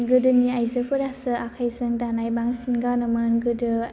गोदोनि आइजोफोरासो आखाइजों दानाय बांसिन गानोमोन गोदो